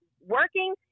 working